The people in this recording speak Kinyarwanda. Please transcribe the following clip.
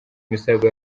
misago